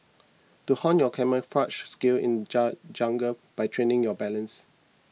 to hone your camouflaged skills in jungle by training your balance